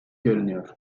görünüyor